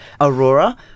Aurora